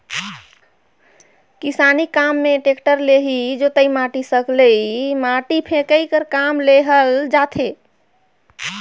किसानी काम मे टेक्टर ले ही जोतई, माटी सकलई, माटी फेकई कर काम लेहल जाथे